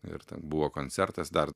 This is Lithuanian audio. ir ten buvo koncertas dar